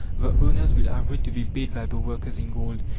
the owners will agree to be paid by the workers in gold,